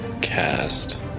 cast